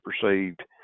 perceived